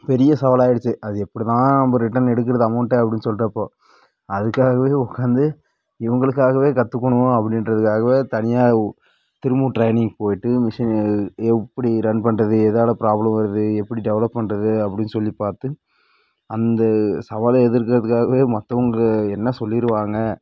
பெரிய சவாலாக ஆய்டுச்சு அதை எப்படில்லாம் நம்ம ரிட்டன் எடுக்குறது அமௌண்டை அப்படின்னு சொல்லிட்டு அப்போ அதுக்காகவே உட்காந்து இவங்களுக்காகவே கற்றுக்கணும் அப்படின்றதுக்காவே தனியாக திரும்பவும் ட்ரெய்னிங் போய்விட்டு மிசின் எப்படி ரன் பண்ணுறது எதால ப்ராப்ளம் வருது எப்படி டெவலப் பண்ணுறது அப்படின்னு சொல்லிப் பார்த்து அந்த சவாலை எதிர்க்கறதுக்காகவே மற்றவங்க என்ன சொல்லிருவாங்க